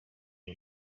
uwo